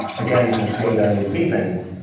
again, kind of slow down your breathing,